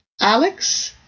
Alex